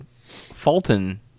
Fulton